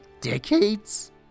decades